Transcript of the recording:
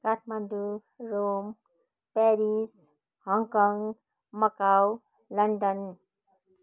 Kathmandu Rome Paris Hong Kong Macau London